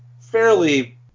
fairly